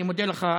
אני מודה לך,